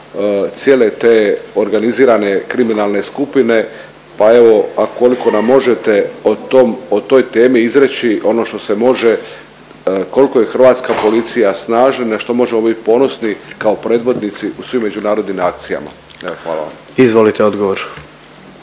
cijele te organizirane kriminalne skupine, pa evo, a koliko nam možete o tom, o toj temi izreći ono što se može koliko je hrvatska policija snažna i na što možemo biti ponosni kao predvodnici u svim međunarodnim akcijama. Evo hvala vam. **Jandroković,